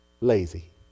lazy